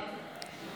כן.